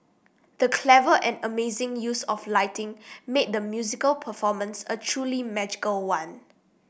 the clever and amazing use of lighting made the musical performance a truly magical one